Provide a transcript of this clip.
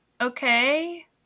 Okay